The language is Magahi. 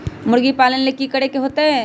मुर्गी पालन ले कि करे के होतै?